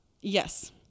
Yes